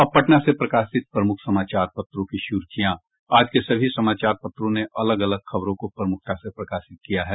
अब पटना से प्रकाशित प्रमुख समाचार पत्रों की सुर्खियां आज के सभी समाचार पत्रों ने अलग अलग खबरों को प्रमुखता से प्रकाशित किया है